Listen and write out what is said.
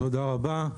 תודה רבה.